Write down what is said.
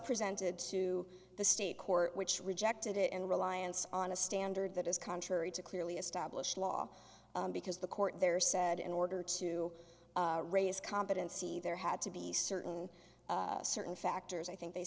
presented to the state court which rejected it and reliance on a standard that is to clearly establish law because the court there said in order to raise competency there had to be certain certain factors i think they